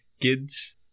kids